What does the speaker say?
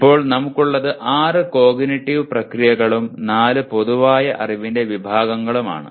ഇപ്പോൾ നമുക്കുള്ളത് ആറ് കോഗ്നിറ്റീവ് പ്രക്രിയകളും നാല് പൊതുവായ അറിവിന്റെ വിഭാഗങ്ങളും ആണ്